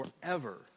forever